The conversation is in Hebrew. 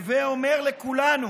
הווי אומר, לכולנו,